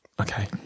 Okay